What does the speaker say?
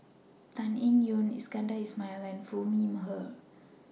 Tan Eng Yoon Iskandar Ismail and Foo Mee Har